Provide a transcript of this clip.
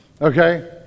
okay